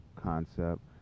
concept